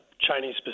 Chinese